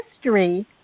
history